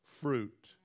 fruit